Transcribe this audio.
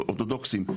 אורתודוקסים,